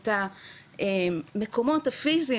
את המקומות הפיסיים